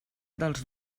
dels